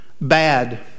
bad